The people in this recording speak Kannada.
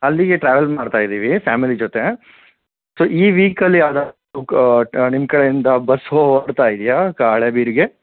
ಅಲ್ಲಿಗೆ ಟ್ರಾವೆಲ್ ಮಾಡ್ತಾ ಇದ್ದೀವಿ ಫ್ಯಾಮಿಲಿ ಜೊತೆ ಸೊ ಈ ವೀಕಲ್ಲಿ ಯಾವುದಾದ್ರು ಕಾ ನಿಮ್ಮ ಕಡೆಯಿಂದ ಬಸ್ಸು ಹೊರಡ್ತಾ ಇದೆಯಾ ಕಾ ಹಳೇಬೀಡಿಗೆ